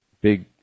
big